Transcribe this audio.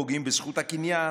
פוגעים בזכות הקניין,